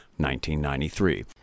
1993